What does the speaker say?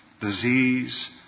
disease